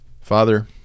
Father